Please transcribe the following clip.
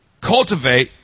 cultivate